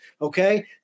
okay